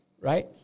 right